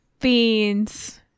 beans